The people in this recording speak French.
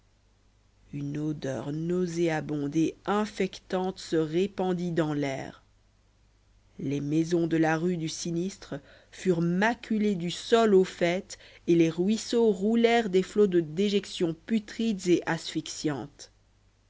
une odeur nauséabonde et infectante se répandit dans l'air les maisons de la rue du sinistre furent maculées du sol au faîte et les ruisseaux roulèrent des flots de déjections putrides et asphyxiantes